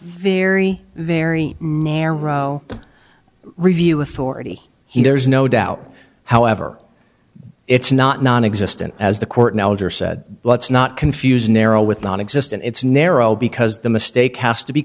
very very narrow review authority he there's no doubt however it's not nonexistent as the court knowledge or said let's not confuse narrow with nonexistent it's narrow because the mistake has to be